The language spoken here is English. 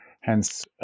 Hence